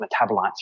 metabolites